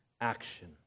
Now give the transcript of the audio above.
action